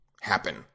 happen